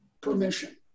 permission